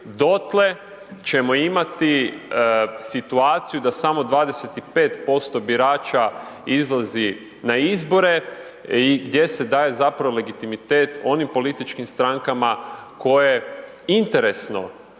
dotle, ćemo imati situaciju da samo 25% birača izlazi na izbore i gdje se daje zapravo legitimitet onim političkim strankama koje interesno